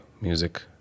music